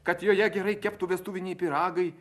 kad joje gerai keptų vestuviniai pyragai